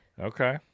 Okay